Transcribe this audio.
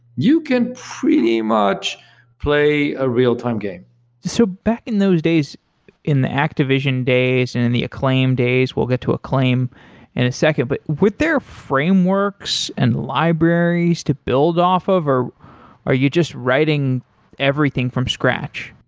you can pretty much play a real-time game so back in those days in the activision days and in the acclaim days, we'll get to a acclaim in a second, but were there frameworks and libraries to build off of, or are you just writing everything from scratch?